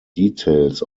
details